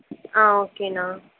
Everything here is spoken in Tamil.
ஓகேண்ணா